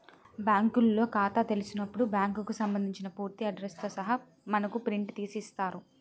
బ్యాంకులో ఖాతా తెలిసినప్పుడు బ్యాంకుకు సంబంధించిన పూర్తి అడ్రస్ తో సహా మనకు ప్రింట్ చేసి ఇస్తారు